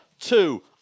two